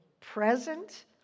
present